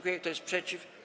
Kto jest przeciw?